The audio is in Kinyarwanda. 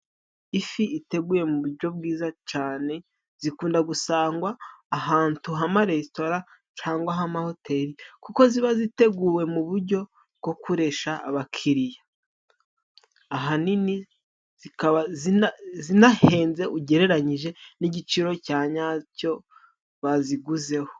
Ifi iteguye mu buryo bwiza cane zikunda gusangwa ahantu h'amaresitora cangwa h'amahoteli kuko ziba ziteguwe mu buryo bwo kuresha abakiriya ahanini zikaba zinahenze ugereranyije n'igiciro cya nyacyo baziguzeho.